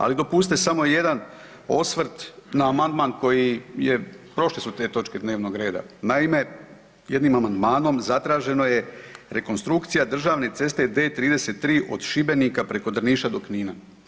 Ali dopustite samo jedan osvrt na amandman koji je, prošle su te točke dnevnog reda, naime jednim amandmanom zatraženo je rekonstrukcija Državne ceste D33 od Šibenika preko Drniša do Knina.